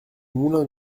moulin